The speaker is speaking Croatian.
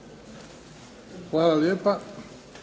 Hvala lijepa.